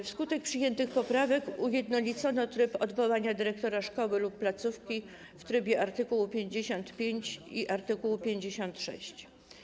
Wskutek przyjętych poprawek ujednolicono tryb odwołania dyrektora szkoły lub placówki w trybie art. 55 i art. 56.